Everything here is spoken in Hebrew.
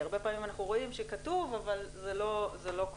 כי הרבה פעמים אנחנו רואים שזה כתוב אבל זה לא קורה.